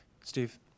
Steve